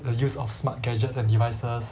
the use of smart gadgets and devices